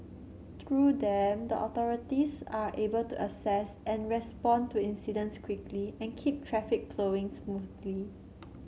through them the authorities are able to assess and respond to incidents quickly and keep traffic smoothly